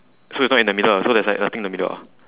so is not in the middle lah so there's like nothing in the middle ah